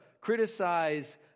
criticize